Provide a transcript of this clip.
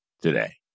today